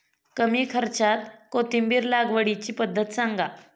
कमी खर्च्यात कोथिंबिर लागवडीची पद्धत सांगा